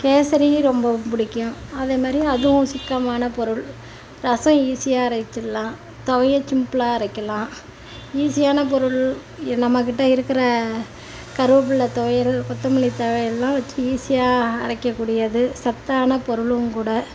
கேசரியும் ரொம்பவும் பிடிக்கும் அதே மாதிரி அதுவும் சிக்கனமான பொருள் ரசம் ஈஸியாக அரைச்சிறலா துவையல் சிம்பிலாக அரைக்கலாம் ஈஸியான பொருள் நம்மகிட்ட இருக்கிற கருவேப்பிலை துவையல் கொத்தமல்லி துவையல்லா வச்சு ஈஸியாக அரைக்கக்கூடியது சத்தான பொருளும் கூட